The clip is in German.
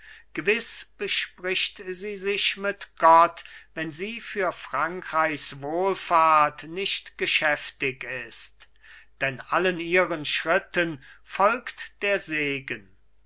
gewiß bespricht sie sich mit gott wenn sie für frankreichs wohlfahrt nicht geschäftig ist denn allen ihren schritten folgt der segen